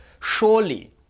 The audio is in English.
Surely